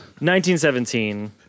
1917